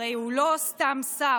הרי הוא לא סתם שר,